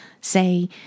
say